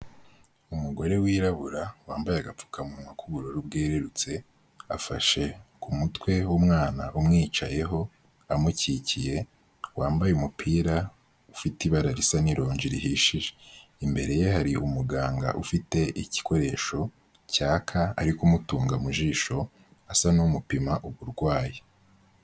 Umugore wirabura wambaye agapfukamunwa k'ubururu bwerurutse afashe ku mutwe w'umwana umwicayeho amukikiye wambaye umupira ufite ibara risa n'irongi rihishije, imbere ye hari umuganga ufite igikoresho cyaka ari kumutunga mu jisho asa n'umupima uburwayi.